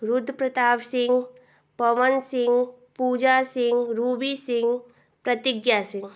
Rudra Pratap Singh Pawan Singh Pooja Singh Ruby Singh Pratigya Singh